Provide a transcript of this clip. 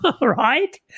right